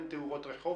אין תאורות רחוב.